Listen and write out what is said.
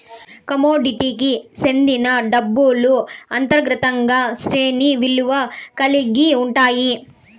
కమోడిటీకి సెందిన డబ్బులు అంతర్గతంగా శ్యానా విలువ కల్గి ఉంటాయి